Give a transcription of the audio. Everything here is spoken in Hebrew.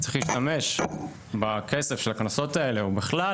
צריך להשתמש בכסף של הקנסות האלה או בכלל